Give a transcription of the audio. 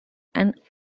and